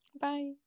bye